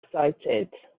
excited